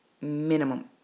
minimum